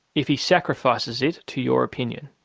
if he sacrifices it to your opinion.